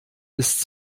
ist